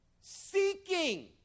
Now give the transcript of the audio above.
seeking